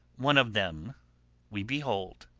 one of them we behold.